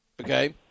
okay